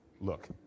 Look